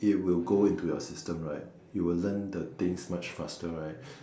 it will go into your system right you will learn the things much faster right